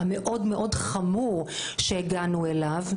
המאוד מאוד חמור שהגענו אליו,